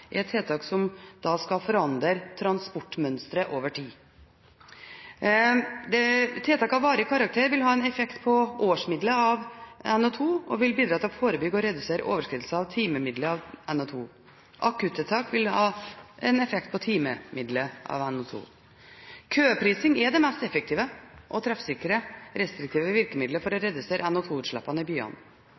tiltak som skal forandre transportmønsteret over tid. Tiltak av varig karakter vil ha effekt på årsmiddelet av NO2 og vil bidra til å forebygge og redusere overskridelser av timemiddelet av NO2. Akuttiltak vil ha effekt på timemiddelet av NO2. Køprising er det mest effektive og treffsikre restriktive virkemidlet for å redusere NO2-utslippene i byene.